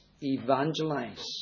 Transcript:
evangelize